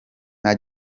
nta